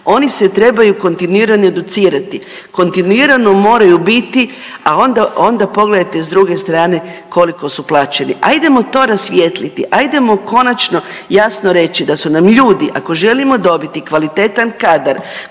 Oni se trebaju kontinuirano educirati. Kontinuirano moraju biti, a onda pogledajte, s druge strane, koliko su plaćeni. Ajdemo to rasvijetliti, ajdemo konačno jasno reći, da su nam ljudi, ako želimo dobiti kvalitetan kadar,